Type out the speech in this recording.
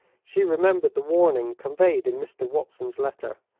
she remembered the warning conveyed in mr. watson's letter.